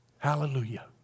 Hallelujah